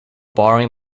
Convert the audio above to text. borrowing